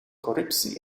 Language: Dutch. corruptie